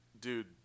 dude